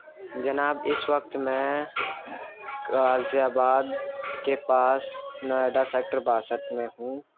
جناب اس وقت میں غازی آباد کے پاس نوئڈا سیکٹر باسٹھ میں ہوں